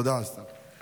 תודה, השר.